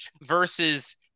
Versus